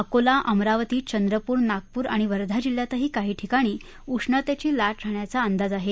अकोला अमरावती चंद्रपूर नागपूर आणि वर्धा जिल्ह्यातही काही ठिकाणी उष्णतेची लाट राहण्याचा अंदाज आहे